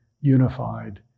unified